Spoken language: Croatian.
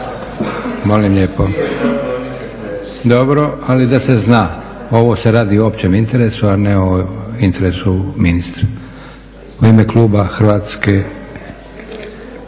Molim lijepo! Dobro, ali da se zna. Ovo se radi o općem interesu, a ne o interesu ministra. U ime kluba Hrvatske